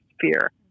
fear